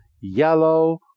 Yellow